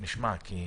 מתוך